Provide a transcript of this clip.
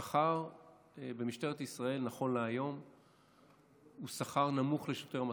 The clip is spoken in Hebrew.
השכר במשטרת ישראל נכון להיום הוא שכר נמוך לשוטר מתחיל.